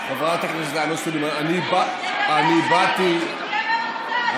חברת הכנסת עאידה סלימאן, אני באתי, אני